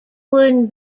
wooden